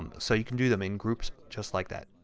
um so you can do them in groups just like that.